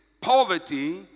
poverty